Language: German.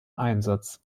einsatz